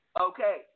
Okay